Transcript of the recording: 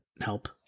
help